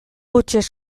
hutsez